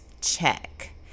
check